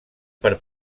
per